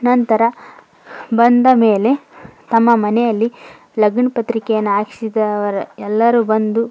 ನಂತರ ಬಂದ ಮೇಲೆ ತಮ್ಮ ಮನೆಯಲ್ಲಿ ಲಗ್ನಪತ್ರಿಕೆಯನ್ನು ಹಾಕ್ಸಿದವರು ಎಲ್ಲರು ಬಂದು